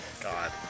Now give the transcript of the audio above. God